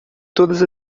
todas